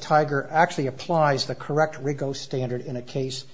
tiger actually applies the correct rigaud standard in a case